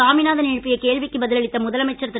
சாமிநாதன் எழுப்பிய கேள்விக்கு பதிலளித்த முதலமைச்சர் திரு